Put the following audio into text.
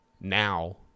now